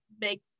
make